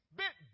bit